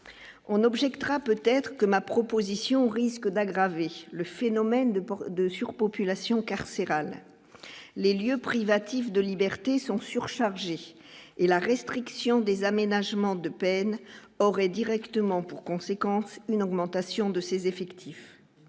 on objectera peut-être que ma proposition risque d'aggraver le phénomène de port de surpopulation carcérale les lieux privatifs de liberté sont surchargés et la restriction des aménagements de peine aurait directement pour conséquence une augmentation de ses effectifs,